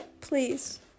please